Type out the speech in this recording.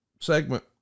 segment